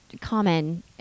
common